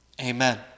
Amen